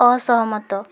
ଅସହମତ